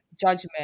judgment